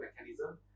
mechanism